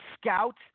scout